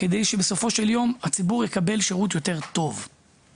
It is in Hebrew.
כדי שהציבור יקבל שירות יותר טוב בסופו של יום.